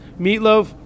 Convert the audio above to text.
meatloaf